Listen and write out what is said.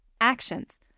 Actions